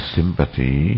sympathy